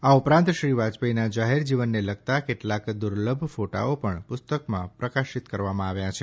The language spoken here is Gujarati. આ ઉપરાંત શ્રી વાજપાઈના જાહેર જીવનને લગતાં કેટલાંક દુર્લભ ફોટાઓ પણ પુસ્તકમાં પ્રકાશીત કરવામાં આવ્યા છે